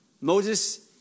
Moses